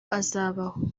azabaho